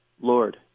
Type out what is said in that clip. Lord